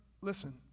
listen